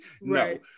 No